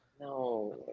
No